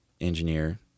engineer